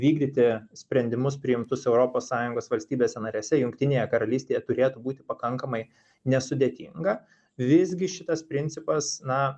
vykdyti sprendimus priimtus europos sąjungos valstybėse narėse jungtinėje karalystėje turėtų būti pakankamai nesudėtinga visgi šitas principas na